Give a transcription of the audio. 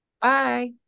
bye